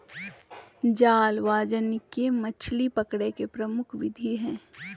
जाल वाणिज्यिक मछली पकड़े के प्रमुख विधि हइ